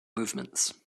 movements